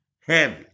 heavy